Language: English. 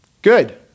Good